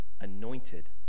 anointed